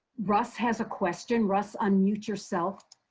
russ has a question. russ, unmute yourself.